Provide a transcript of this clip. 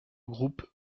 groupe